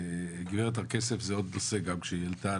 וגברת הר כסף זה עוד נושא גם שהיא העלתה,